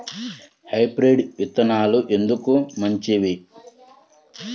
Hybrid విత్తనాలు ఎందుకు మంచివి?